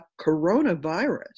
coronavirus